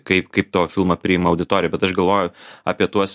kaip kaip to filmą priima auditorija bet aš galvoju apie tuos